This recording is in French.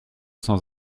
sans